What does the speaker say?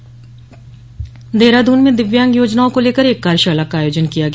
कार्याशाला देहरादून में दिव्यांग योजनाओं को लेकर एक कार्यशाला का आयोजन किया गया